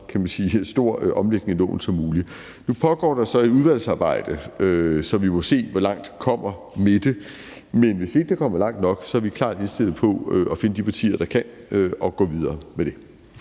stor omlægning af loven som muligt. Nu pågår der så et udvalgsarbejde, som vi må se hvor langt kommer med det, men hvis ikke det kommer langt nok, er vi klart indstillet på at finde de partier, der kan, og gå videre med det.